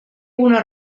una